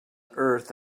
earth